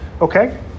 Okay